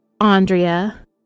andrea